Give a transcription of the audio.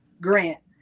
grant